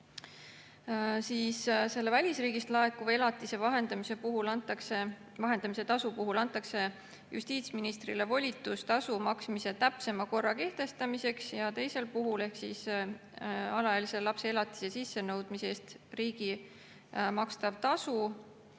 Selle välisriigist laekuva elatise vahendamise tasu puhul antakse justiitsministrile volitus tasu maksmise täpsema korra kehtestamiseks ja teisel puhul, alaealise lapse elatise sissenõudmise eest riigi makstav tasu,